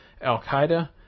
Al-Qaeda